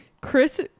Chris